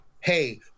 Hey